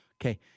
Okay